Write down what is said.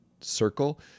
circle